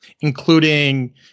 including